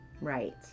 Right